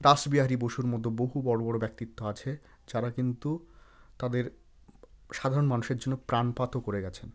রাসবিহারী বসুর মত বহু বড় বড় ব্যক্তিত্ব আছে যারা কিন্তু তাদের সাধারণ মানুষের জন্য প্রাণপাতও করে গিয়েছেন